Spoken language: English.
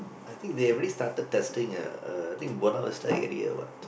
I think they already started testing uh a I think Buona Vista area what